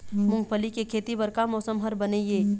मूंगफली के खेती बर का मौसम हर बने ये?